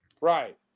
Right